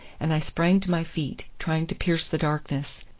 and i sprang to my feet, trying to pierce the darkness,